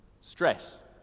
Stress